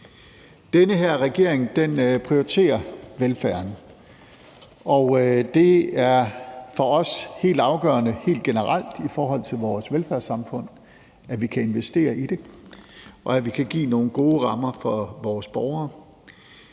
Den her regering prioriterer velfærden, og det er for os generelt helt afgørende i forhold til vores velfærdssamfund, at vi kan investere i det, og at vi kan give nogle gode rammer for vores borgere.